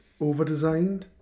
overdesigned